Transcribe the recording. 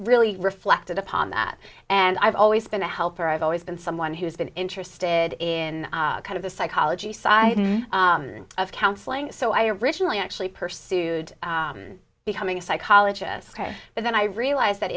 really reflected upon that and i've always been a helper i've always been someone who's been interested in kind of the psychology side of counseling so i originally actually pursued becoming a psychologist but then i realized that